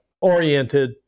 oriented